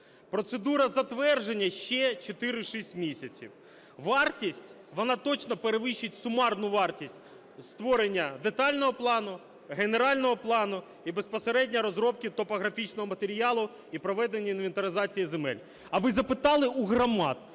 процедура затвердження ще 4-6 місяців. Вартість, вона точно перевищить сумарну вартість створення детального плану, генерального плану і безпосередньо розробки топографічного матеріалу, і проведення інвентаризації земель. А ви запитали у громад,